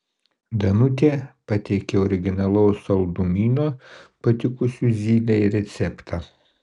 danutė pateikė originalaus saldumyno patikusio zylei receptą